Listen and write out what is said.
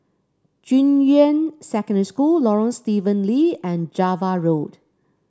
Junyuan Secondary School Lorong Stephen Lee and Java Road